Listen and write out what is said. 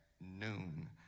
noon